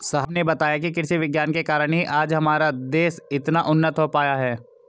साहब ने बताया कि कृषि विज्ञान के कारण ही आज हमारा देश इतना उन्नत हो पाया है